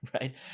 right